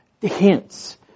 hints